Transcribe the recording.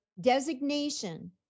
designation